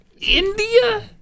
India